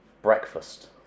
Breakfast